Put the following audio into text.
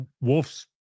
wolf's